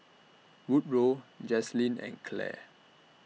Woodrow Jaslyn and Clair